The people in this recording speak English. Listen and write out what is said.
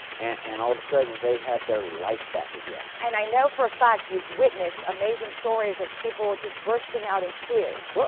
and all of a sudden, they have their life back again. and i know for a fact, you've witnessed amazing stories of people just bursting out in tears. well,